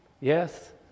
Yes